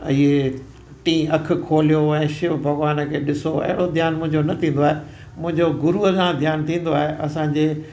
इहे टीं अख खोलियो ऐं शिव भॻवान खे ॾिसो अहिड़ो ध्यानु मुंहिंजो न थींदो आहे मुंहिंजो गुरूअ सां ध्यानु थींदो आहे असांजे